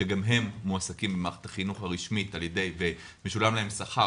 שגם הם מועסקים במערכת החינוך הרשמית ומשולם להם שכר